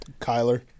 Kyler